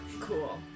Cool